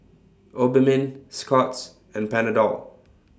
Obimin Scott's and Panadol